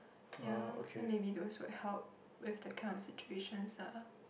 ya then maybe those will help with that kind of situations lah